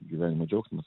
gyvenimo džiaugsmas